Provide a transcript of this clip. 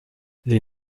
les